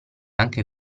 anche